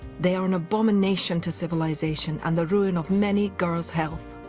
they are an abomination to civilisation and the ruin of many girls' health.